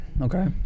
Okay